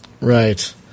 right